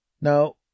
Now